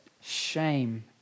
shame